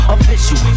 Official